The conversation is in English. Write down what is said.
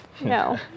No